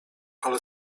ale